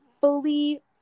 fully